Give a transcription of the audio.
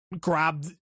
grab